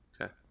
Okay